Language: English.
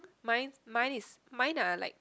mine mine is mine are like